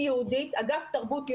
אגף תרבות יהודית,